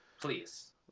Please